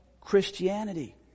Christianity